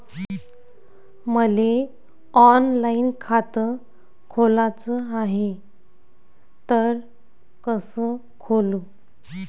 मले ऑनलाईन खातं खोलाचं हाय तर कस खोलू?